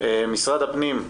משרד הפנים,